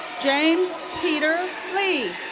james peter lee.